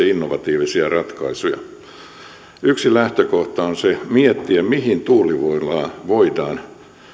innovatiivisia ratkaisuja yksi lähtökohta on miettiä mihin tuulivoimasta voidaan